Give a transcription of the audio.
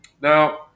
Now